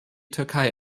türkei